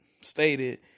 stated